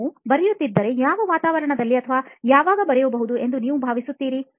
ನೀವು ಬರೆಯುತ್ತಿದ್ದರೆ ಯಾವ ವಾತಾವರಣದಲ್ಲಿ ಅಥವಾ ಯಾವಾಗ ಬರೆಯಬಹುದು ಎಂದು ನೀವು ಭಾವಿಸುತ್ತೀರಿ